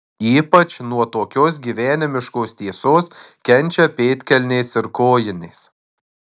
ypač nuo tokios gyvenimiškos tiesos kenčia pėdkelnės ir kojinės